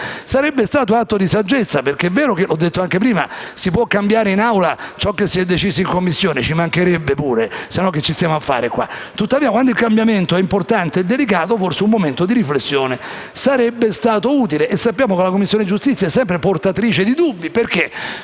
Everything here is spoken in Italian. sarebbe stato un atto di saggezza. È vero, come ho detto prima, che si può cambiare in Assemblea ciò che si è deciso in Commissione (ci mancherebbe, altrimenti cosa ci stiamo a fare), tuttavia quando il cambiamento è importante e delicato forse un momento di riflessione sarebbe utile. Sappiamo che la Commissione giustizia è sempre portatrice di dubbi, perché